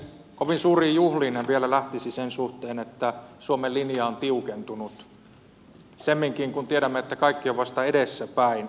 kovin suuriin juhliin en vielä lähtisi sen suhteen että suomen linja on tiukentunut semminkin kun tiedämme että kaikki on vasta edessäpäin